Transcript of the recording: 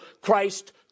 Christ